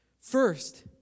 First